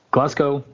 Glasgow